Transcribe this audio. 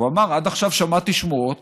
הוא אמר: עד עכשיו שמעתי שמועות